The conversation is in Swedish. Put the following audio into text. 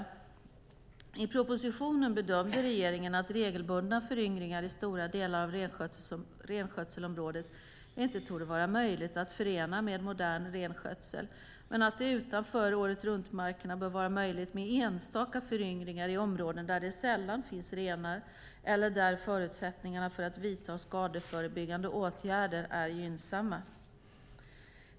I propositionen bedömde regeringen att regelbundna föryngringar i stora delar av renskötselområdet inte torde vara möjliga att förena med modern renskötsel men att det utanför åretruntmarkerna bör vara möjligt med enstaka föryngringar i områden där det sällan finns renar eller där förutsättningarna för att vidta skadeförebyggande åtgärder är gynnsamma.